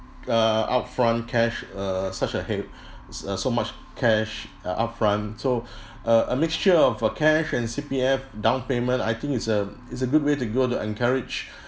err upfront cash err such a hea~ s~ uh so much cash uh upfront so uh a mixture of a cash and C_P_F down payment I think it's a it's a good way to go to encourage